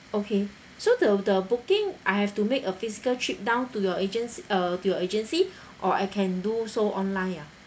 okay so the the booking I have to make a physical trip down to your agenc~ uh to your agency or I can do so online ya